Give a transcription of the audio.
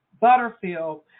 Butterfield